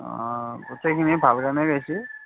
অঁ গোটেইখিনি ভাল গানে গাইছে